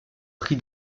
prix